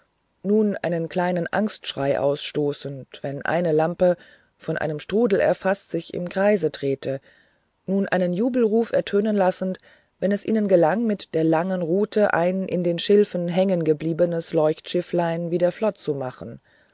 nun einen kleinen angstschrei ausstoßend wenn eine lampe von einem strudel gefaßt sich im kreise drehte nun einen jubelruf ertönen lassend wenn es ihnen gelang mit der langen rute ein in den schilfen hängen gebliebenes leuchtschifflein wieder flott zu machen